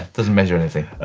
doesn't measure anything.